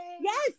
Yes